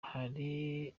hari